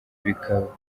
bikaba